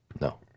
No